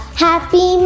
happy